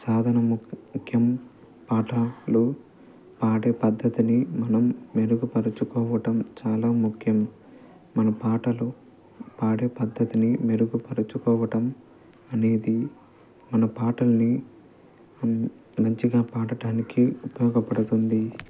సాధనం ముక్ ముఖ్యం పాటలు పాడే పద్ధతిని మనం మెరుగుపరుచుకోవటం చాలా ముఖ్యం మన పాటలు పాడే పద్ధతిని మెరుగుపరుచుకోవటం అనేది మన పాటల్ని మంచిగా పాడటానికి ఉపయోగపడుతుంది